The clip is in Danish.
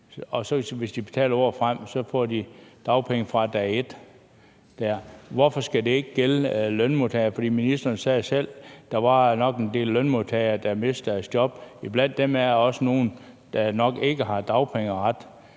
hvis de betaler 1 år frem, får de dagpenge fra dag et, hvorfor skal det ikke gælde lønmodtagere? Ministeren sagde selv, at der nok er en del lønmodtagere, der vil miste deres job, og blandt dem er der også nogle, der nok ikke har ret